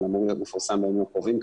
אבל אמור להיות מפורסם בימים הקרובים,